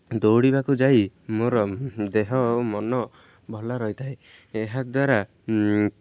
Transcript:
ଦୌଡ଼ିବାକୁ ଯାଇ ମୋର ଦେହ ଓ ମନ ଭଲ ରହିଥାଏ ଏହା ଦ୍ୱାରା